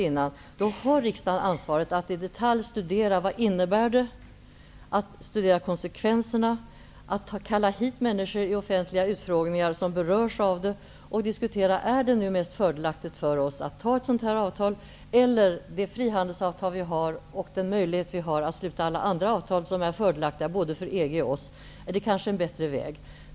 Riksdagen har ansvaret för att i detalj studera vad det innebär, att studera konsekvenserna, att kalla hit människor som berörs av det till offentliga utfrågningar och diskutera om det nu är mest fördelaktigt för oss att anta ett sådant här avtal eller att ha de frihandelsavtal som vi redan har samt vilken möjlighet vi har att sluta andra avtal som är fördelaktiga för både EG och oss. Är det en bättre väg?